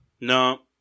No